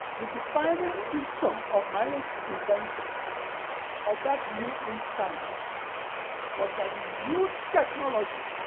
the defining feature of my invention of that new internet was that the new technology